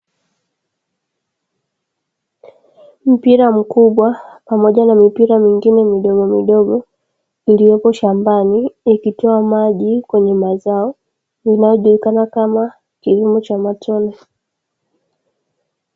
Mpira mkubwa pamoja na mipira mingine midogo midogo iliyopo shambani, ikitoa maji kwenye mazao, inayojulikana kama kilimo cha matone.